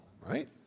right